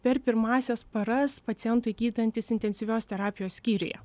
per pirmąsias paras pacientui gydantis intensyvios terapijos skyriuje